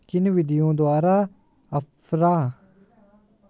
किन विधियों द्वारा अफारा रोग में पशुओं के पेट से गैस निकालते हैं?